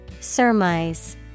Surmise